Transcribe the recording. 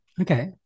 Okay